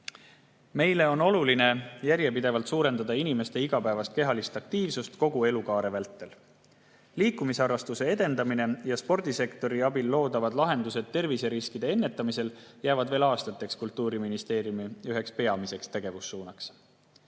jaoks on oluline järjepidevalt suurendada inimeste igapäevast kehalist aktiivsust kogu elukaare vältel. Liikumisharrastuse edendamine ja spordisektori abil loodavad lahendused terviseriskide ennetamisel jäävad veel aastateks Kultuuriministeeriumi üheks peamiseks tegevussuunaks.